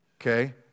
Okay